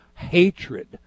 hatred